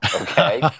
Okay